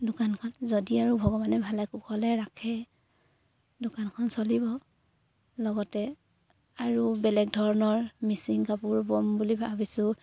দোকানখন যদি আৰু ভগৱানে ভালে কুশলে ৰাখে দোকানখন চলিব লগতে আৰু বেলেগ ধৰণৰ মিচিং কাপোৰ বম বুলি ভাবিছোঁ